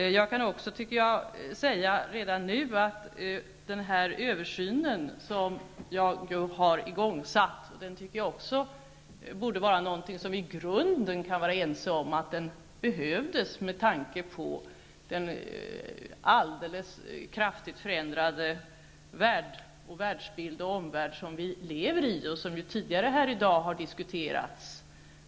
Redan nu vill jag säga att den översyn som jag har tagit initiativ till borde vara någonting som vi i grunden kunde vara ense om att den behövdes med tanke på den kraftigt förändrade världsbild som vi lever i och som tidigare här i dag har diskuterats.